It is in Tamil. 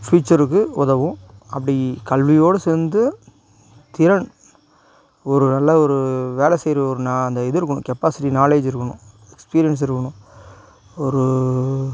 ஃபியூச்சருக்கு உதவும் அப்படி கல்வியோடு சேர்ந்து திறன் ஒரு நல்ல ஒரு வேலை செய்கிற ஒரு நான் அந்த இது இருக்கணும் கெப்பாசிட்டி நாலேஜ் இருக்கணும் எக்ஸ்பீரியன்ஸ் இருக்கணும் ஒரு